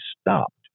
stopped